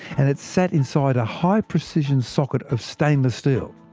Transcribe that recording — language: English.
and it sat inside a high-precision socket of stainless steel.